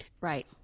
Right